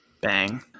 Bang